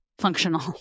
functional